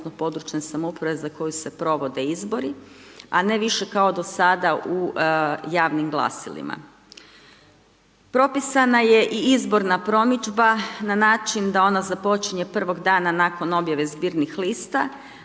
odnosno područne samouprave za koju se provode izbori a ne više kao do sada u javnim glasilima. Propisana je i izborna promidžba na način da ona započinje prvog dana nakon objave zbirnih lista